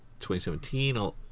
2017